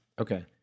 Okay